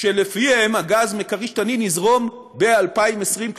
שלפיהן הגז מ"כריש-תנין" יזרום ב-2020,